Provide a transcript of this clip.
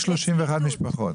רק 31 משפחות.